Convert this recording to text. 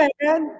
man